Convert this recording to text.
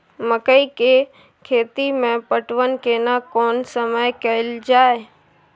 मकई के खेती मे पटवन केना कोन समय कैल जाय?